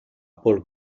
paul